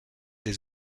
des